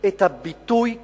את הביטוי "כיבוש",